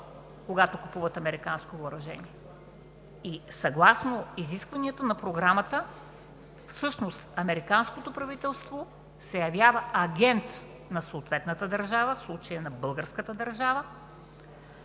когато купуват американско въоръжение. Съгласно изискванията на Програмата всъщност американското правителство се явява агент на съответната държава, в случая на българската държава